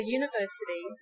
university